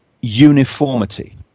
uniformity